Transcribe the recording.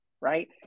right